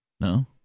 no